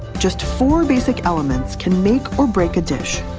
just four basic elements can make or break a dish.